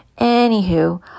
Anywho